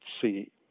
see